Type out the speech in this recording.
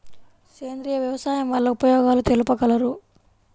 సేంద్రియ వ్యవసాయం వల్ల ఉపయోగాలు తెలుపగలరు?